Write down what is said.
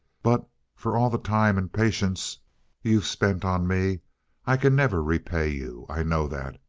but for all the time and patience you've spent on me i can never repay you. i know that.